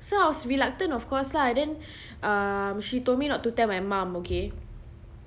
so I was reluctant of course lah and then uh she told me not to tell my mum okay